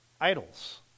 idols